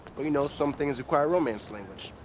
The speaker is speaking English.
but you know, some things require a romance language.